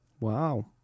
Wow